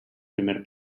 primer